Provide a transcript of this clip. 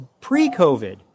pre-COVID